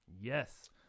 Yes